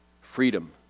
freedom